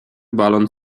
balon